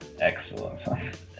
Excellent